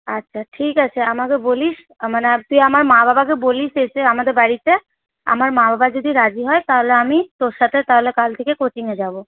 আচ্ছা ঠিক আছে আমাকে বলিস মানে তুই আমার মা বাবাকে বলিস এসে আমাদের বাড়িতে আমার মা বাবা যদি রাজি হয় তাহলে আমি তোর সাথে তাহলে কাল থেকে কোচিংয়ে যাবো